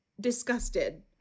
disgusted